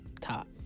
top